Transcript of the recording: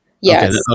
Yes